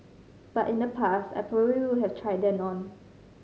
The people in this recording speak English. but in the past I probably would have tried them on